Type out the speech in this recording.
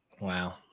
Wow